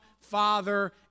Father